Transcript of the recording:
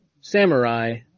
samurai